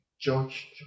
George